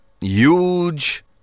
Huge